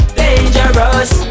dangerous